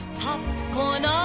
popcorn